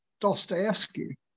Dostoevsky